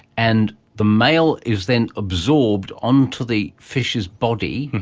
and the male is then absorbed onto the fish's body.